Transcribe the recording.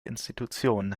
institutionen